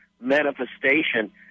manifestation